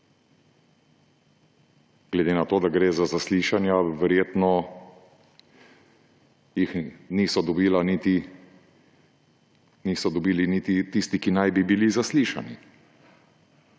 Glede na to, da gre za zaslišanja, verjetno jih niso dobili niti tisti, ki naj bi bili zaslišani.